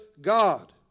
God